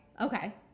Okay